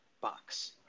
box